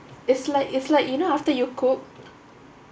it's like it's like you know after you cook